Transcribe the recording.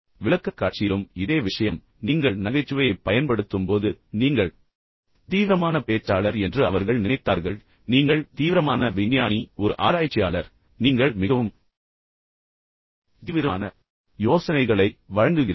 விளக்கக்காட்சியிலும் இதே விஷயம் நீங்கள் நகைச்சுவையைப் பயன்படுத்தும்போது நீங்கள் மிகவும் தீவிரமான பேச்சாளர் என்று அவர்கள் நினைத்தார்கள் நீங்கள் மிகவும் தீவிரமான விஞ்ஞானி பின்னர் ஒரு ஆராய்ச்சியாளர் நீங்கள் மிகவும் தீவிரமான யோசனைகளை வழங்குகிறீர்கள்